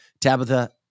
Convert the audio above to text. Tabitha